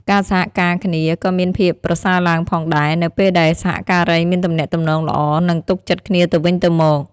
ការសហការគ្នាក៏មានភាពប្រសើរឡើងផងដែរ នៅពេលដែលសហការីមានទំនាក់ទំនងល្អ និងទុកចិត្តគ្នាទៅវិញទៅមក។